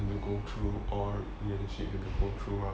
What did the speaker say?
you go through all you still have to go through mah